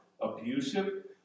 abusive